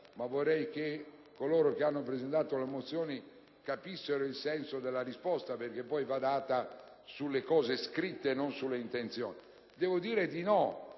ma vorrei che coloro che hanno presentato le mozioni capissero il senso della risposta, che va data, ovviamente, sulle cose scritte e non sulle intenzioni. Devo esprimere